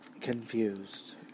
Confused